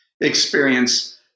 experience